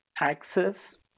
access